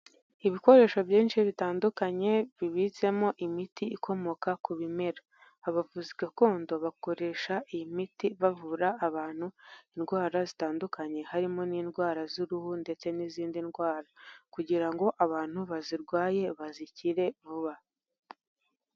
Ibikoresho byinshi bitandukanye bibitsemo imiti ikomoka ku bimera, abavuzi gakondo bakoresha iyi miti bavura abantu indwara zitandukanye harimo n'indwara z'uruhu ndetse n'izindi ndwara, kugira ngo abantu bazirwaye bazikire vuba.